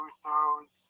Usos